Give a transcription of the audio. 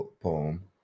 poem